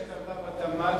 יש טבלה בתמ"ת